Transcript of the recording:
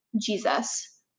Jesus